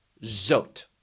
Zot